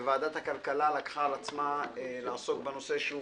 ועדת הכלכלה לקחה על עצמה לעסוק בנושא שהוא